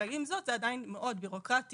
ועם זאת זה עדיין מאוד בירוקרטי,